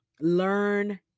Learn